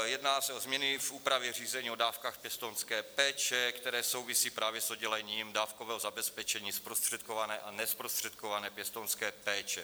Jedná se o změny v úpravě řízení o dávkách pěstounské péče, které souvisí právě s oddělením dávkového zabezpečení zprostředkované a nezprostředkované pěstounské péče.